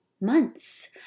months